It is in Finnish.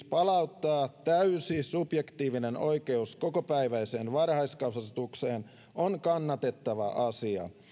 palauttaa täysi subjektiivinen oikeus kokopäiväiseen varhaiskasvatukseen on kannatettava asia